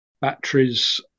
batteries